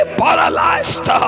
paralyzed